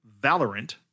Valorant